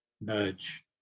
nudge